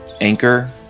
anchor